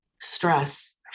stress